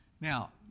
Now